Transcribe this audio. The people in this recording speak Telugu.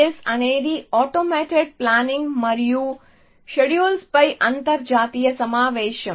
ICAPS అనేది ఆటోమేటెడ్ ప్లానింగ్ మరియు షెడ్యూల్పై అంతర్జాతీయ సమావేశం